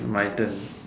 my turn